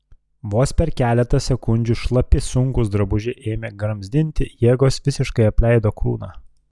vos per keletą sekundžių šlapi sunkūs drabužiai ėmė gramzdinti jėgos visiškai apleido kūną